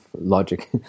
logic